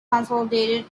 consolidated